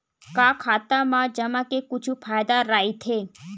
का खाता मा जमा के कुछु फ़ायदा राइथे?